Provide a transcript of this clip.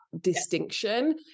distinction